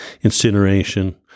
Incineration